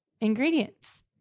Ingredients